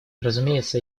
разумеется